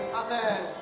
amen